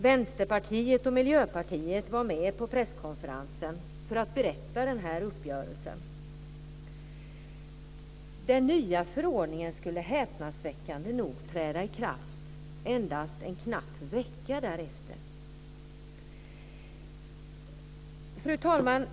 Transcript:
Vänsterpartiet och Miljöpartiet var representerade på presskonferensen för att berätta om den här uppgörelsen. Den nya förordningen skulle häpnadsväckande nog träda i kraft endast en knapp vecka därefter. Fru talman!